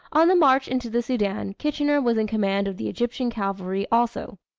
on the march into the soudan, kitchener was in command of the egyptian cavalry also.